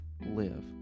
Live